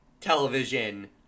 television